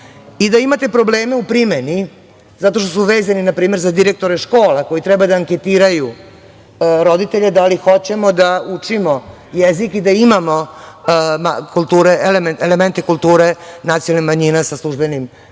i da imate probleme u primeni zato što su vezani npr. za direktore škola koji treba da anketiraju roditelje da li hoćemo da učimo jezik i da imamo elemente kulture nacionalnih manjina sa službenom